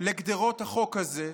לגדרות החוק הזה,